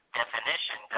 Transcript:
definition